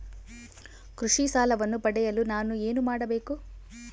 ಕೃಷಿ ಸಾಲವನ್ನು ಪಡೆಯಲು ನಾನು ಏನು ಮಾಡಬೇಕು?